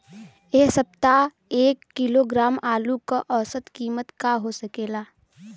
एह सप्ताह एक किलोग्राम आलू क औसत कीमत का हो सकेला?